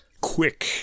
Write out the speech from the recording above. quick